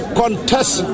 contest